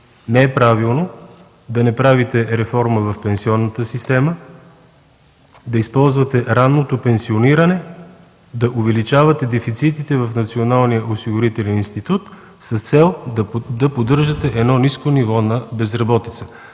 Не е правилно да не правите реформа в пенсионната система, да използвате ранното пенсиониране, да увеличавате дефицитите в Националния осигурителен институт с цел да поддържате едно ниско ниво на безработица.